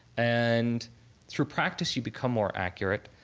and through practice, you become more accurate.